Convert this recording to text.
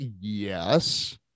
yes